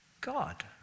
God